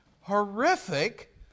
horrific